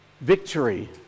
victory